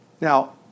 Now